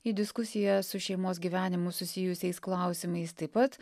į diskusiją su šeimos gyvenimu susijusiais klausimais taip pat